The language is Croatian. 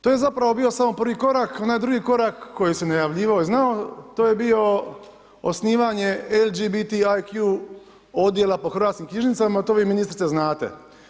To je zapravo bio prvi korak, onaj drugi korak koji se najavljivao ... to je bilo osnivanje LGBT IQ odjela po hrvatskim knjižnicama, to vi ministrice, znate.